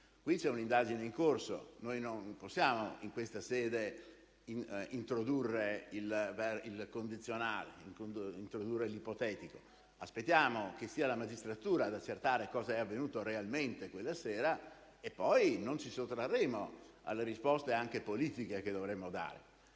Qui c'è un'indagine in corso. Noi non possiamo, in questa sede, introdurre il condizionale, introdurre l'ipotetico. Aspettiamo che sia la magistratura ad accertare cosa sia avvenuto realmente quella sera e poi non ci sottrarremo alle risposte anche politiche che dovremo dare.